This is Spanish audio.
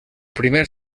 primer